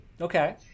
Okay